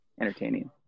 entertaining